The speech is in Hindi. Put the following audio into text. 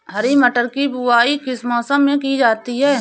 हरी मटर की बुवाई किस मौसम में की जाती है?